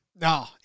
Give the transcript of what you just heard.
No